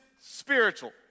spiritual